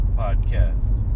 podcast